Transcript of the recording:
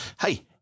Hey